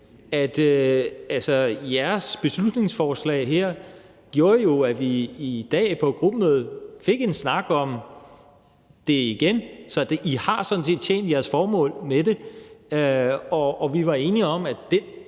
at jeres beslutningsforslag her jo gjorde, at vi i dag på et gruppemøde fik en snak om det igen, så I har sådan set tjent jeres formål med det, og vi var enige om, at vi